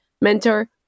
mentor